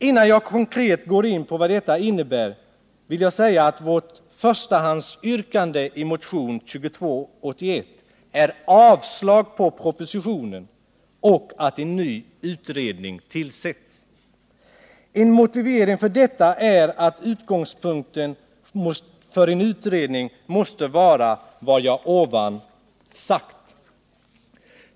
Innan jag konkret går in på vad detta innebär vill jag säga att vårt förstahandsyrkande i motionen 2281 är att propositionen avslås och att en ny utredning tillsätts. En motivering för detta är att utgångspunkten för en utredning måste vara vad jag här sagt.